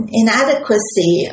inadequacy